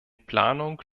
planung